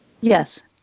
Yes